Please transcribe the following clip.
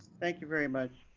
thank you very much.